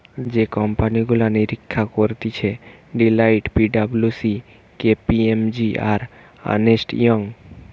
যে কোম্পানি গুলা নিরীক্ষা করতিছে Deloitte, P W C, K P M G, আর আর্নেস্ট ইয়ং